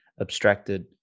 abstracted